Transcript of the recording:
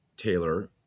Taylor